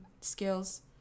skills